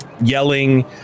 yelling